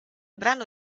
brano